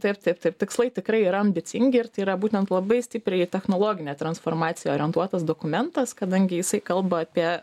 taip taip taip tikslai tikrai yra ambicingi ir tai yra būtent labai stipriai į technologinę transformaciją orientuotas dokumentas kadangi jisai kalba apie